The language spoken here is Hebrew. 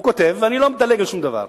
הוא כותב, ואני לא מדלג על שום דבר: